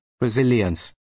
resilience